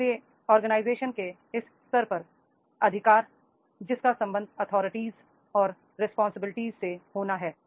इसलिए संगठन के इस स्तर पर अधिकार जिसका संबंध अथॉरिटीज और रिस्पांसिबिलिटीज से होना है